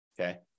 Okay